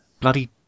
bloody